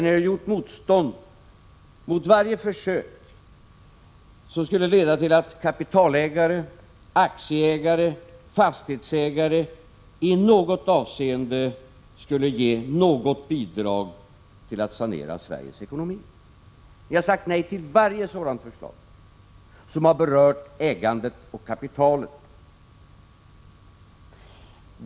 Ni har gjort motstånd mot varje försök som skulle leda till att kapitalägare, aktieägare och fastighetsägare i något avseende skulle ge ett bidrag till att sanera Sveriges ekonomi. Ni har sagt nej till varje sådant förslag som berört ägandet och kapitalet.